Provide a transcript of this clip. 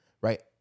right